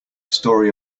story